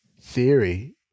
theory